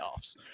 playoffs